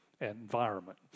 environment